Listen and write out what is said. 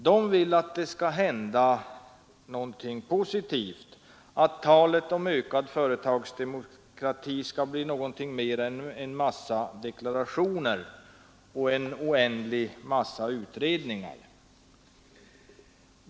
De vill att det skall hända någonting positivt, att talet om ökad företagsdemokrati skall bli något mer än en mängd deklarationer och oändligt utredande.